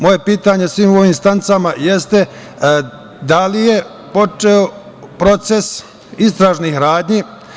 Moje pitanje svim ovim instancama jeste, da li je počeo proces istražnih radnji?